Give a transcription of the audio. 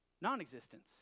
non-existence